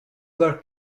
were